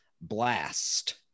Blast